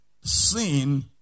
Sin